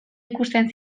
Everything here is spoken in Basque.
ikusten